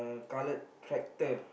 colored tractor